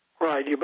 Right